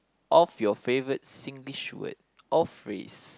of your favorite Singlish word or phrase